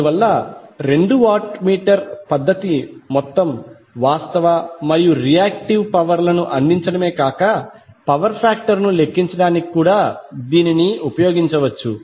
అందువల్ల రెండు watt meter పద్ధతి మొత్తం వాస్తవ మరియు రియాక్టివ్ పవర్ లను అందించడమే కాక పవర్ ఫాక్టర్ ను లెక్కించడానికి కూడా దీనిని ఉపయోగించవచ్చు